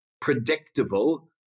predictable